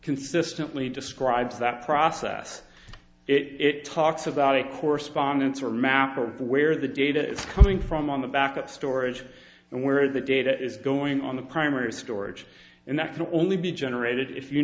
consistently describes that process it talks about a correspondence or map of where the data is coming from on the backup storage and where the data is going on the primary storage and that can only be generated if you